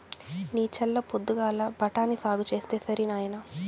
నీ చల్ల పొద్దుగాల బఠాని సాగు చేస్తే సరి నాయినా